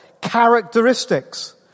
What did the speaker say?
characteristics